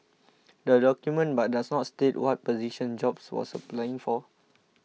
the document but does not state what position jobs was applying for